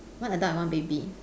one adult and one baby